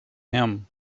him